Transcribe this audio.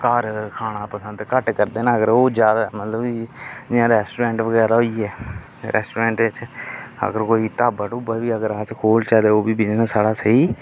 घर खाना घट्ट पसंद करदे न अगर ओह् ज्यादा मतलब जि'यां रैस्टोरैंट बगैरा होई गे रैस्टोरैंटें च अगर कोई ढाबा टूबा बी अगर अस खोलचै ते ओह् बी बिजनेस साढ़ा स्हेई